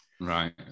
Right